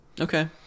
okay